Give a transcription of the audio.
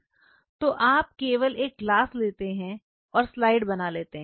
तो आप केवल एक ग्लास लेते हैं और स्लाइड बना लेते हैं